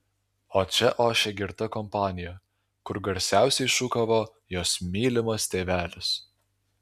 o čia ošė girta kompanija kur garsiausiai šūkavo jos mylimas tėvelis